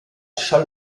schall